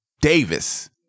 Davis